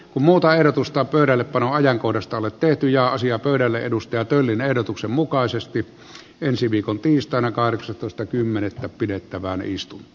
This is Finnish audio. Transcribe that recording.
kun multa irrotusta pöydällepanon ajankohdasta ole tehty ja asiat uudelle edustaja töllin ehdotuksen mukaisesti ensi tiistaina kahdeksastoista kymmenettä pidettävä meistä